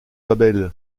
babel